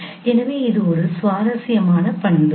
எனவே இது ஒரு சுவாரஸ்யமான பண்பு